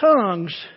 Tongues